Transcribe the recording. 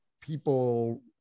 people